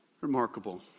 Remarkable